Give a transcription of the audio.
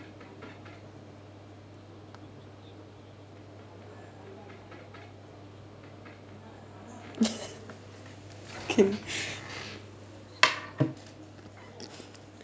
okay